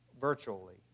virtually